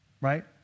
right